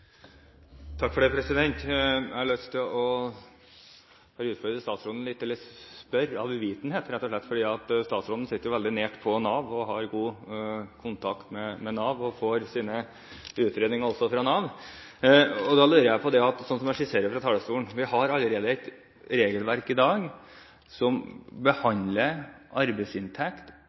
å utfordre statsråden litt – eller spørre av uvitenhet, rett og slett. Statsråden sitter jo veldig nært på Nav, har god kontakt med Nav og får også sine utredninger fra Nav. Da lurer jeg på dette: Vi har, slik jeg skisserte det fra talerstolen, i dag allerede et regelverk som behandler arbeidsinntekt